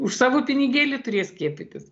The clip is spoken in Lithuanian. už savo pinigėlį turės skiepytis